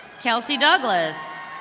kelsey douglas.